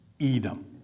Edom